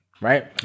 right